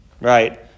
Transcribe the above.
right